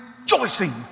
rejoicing